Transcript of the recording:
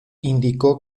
indicó